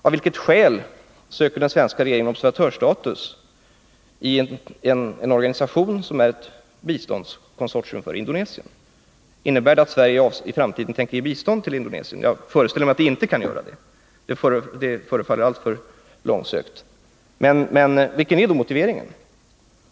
Av vilket skäl söker den svenska regeringen observatörsstatus i en organisation som är ett biståndskonsortium för Indonesien? Innebär det att Sverige i framtiden tänker ge bistånd till Indonesien? Jag föreställer mig att det inte kan göra det —- det förefaller alltför långsökt. Men vilken är då motiveringen?